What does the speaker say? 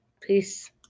Peace